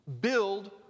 build